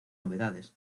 novedades